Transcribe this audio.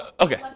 Okay